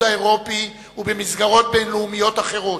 האירופי ובמסגרות בין-לאומיות אחרות.